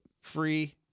Free